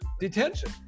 detention